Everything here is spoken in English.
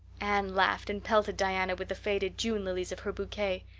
anne laughed and pelted diana with the faded june lilies of her bouquet.